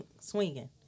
swinging